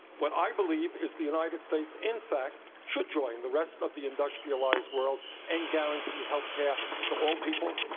what i believe is the united states, in fact, should join the rest of the industrialized world and guarantee healthcare to all people.